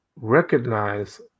recognize